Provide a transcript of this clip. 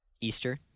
Easter